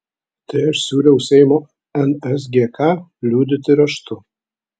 tai aš siūliau seimo nsgk liudyti raštu